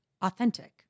authentic